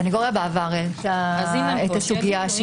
הסנגוריה בעבר העלתה את הסוגיה של